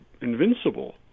invincible